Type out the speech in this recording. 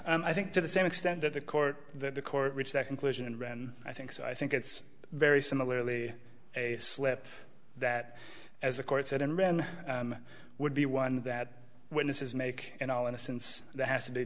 facts i think to the same extent that the court that the court reached that conclusion and ran i think so i think it's very similarly a slip that as the court said and ran would be one that witnesses make in all innocence that has to be